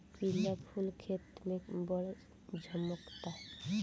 पिला फूल खेतन में बड़ झम्कता